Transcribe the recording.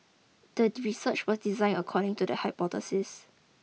the research was designed according to the hypothesis